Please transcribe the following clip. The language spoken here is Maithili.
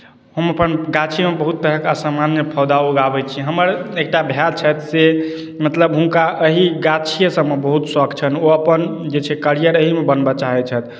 हम अपन गाछीमे बहुत तरहके असामान्य पौधा उगाबैत छी हमर एकटा भाय छथि से मतलब हुनका एही गाछिए सभमे बहुत शोक छन्हि ओ अपन जे छै करियर एहीमे बनबऽ चाहैत छथि